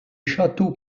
château